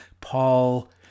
Paul